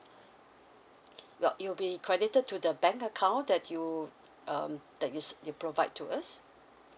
well it will be credited to the bank account that you um that you provide to us